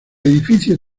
edificio